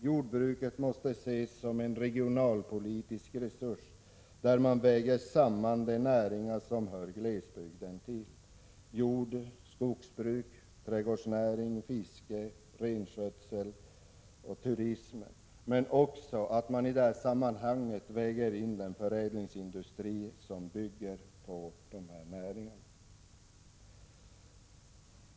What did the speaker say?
Jordbruket måste ses som en regionalpolitisk resurs, där man väger samman de näringar som hör glesbygden till — jordoch skogsbruk, trädgårdsnäring, fiske, renskötsel, turism — men också den förädlingsindustri som bygger på dessa näringar.